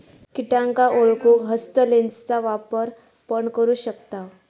किटांका ओळखूक हस्तलेंसचा वापर पण करू शकताव